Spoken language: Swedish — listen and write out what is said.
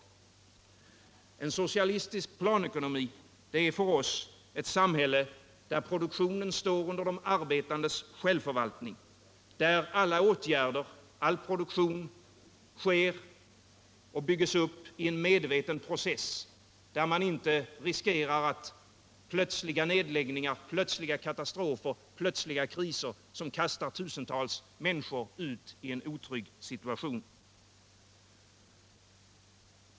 En socialistisk planekonomi är för oss ett samhälle där produktionen står under de arbetandes självförvaltning, där alla åtgärder, all produktion sker och byggs upp i en medveten process, där man inte riskerar plötsliga nedläggningar, plötsliga katastrofer, plötsliga kriser, som kastar tusentals människor ut i en otrygg situation.